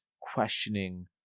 questioning